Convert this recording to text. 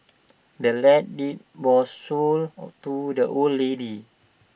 the land's deed was sold to the old lady